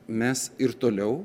mes ir toliau